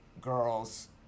girls